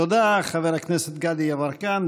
תודה, חבר הכנסת גדי יברקן.